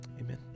amen